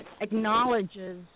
acknowledges